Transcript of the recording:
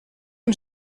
did